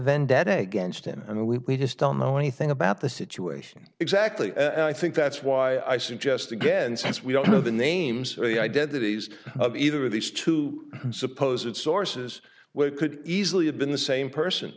vendetta against him and we just don't know anything about the situation exactly and i think that's why i suggest again since we don't know the names identities of either of these two suppose it's sources well it could easily have been the same person